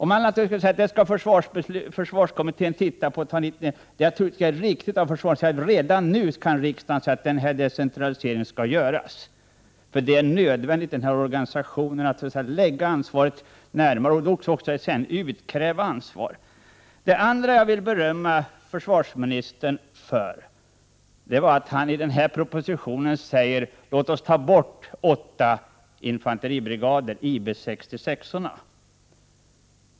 Man talar om att försvarskommittén skall titta på detta. Jag tror att det är riktigt av försvarsministern att säga att riksdagen redan nu kan bestämma att den här decentraliseringen skall göras. Det är nödvändigt att i denna organisation decentralisera ansvaret, och sedan också utkräva ansvar. Det andra jag vill berömma försvarsministern för är att han i propositionen säger: Låt oss ta bort åtta infanteribrigader, IB 66-orna.